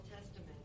Testament